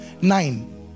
Nine